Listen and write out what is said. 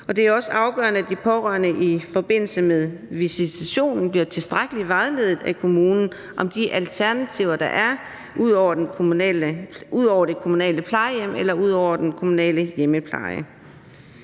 Det er også afgørende, at de pårørende i forbindelse med visitation bliver tilstrækkeligt vejledt af kommunen om de alternativer, der er ud over det kommunale plejehjem eller den kommunale hjemmepleje.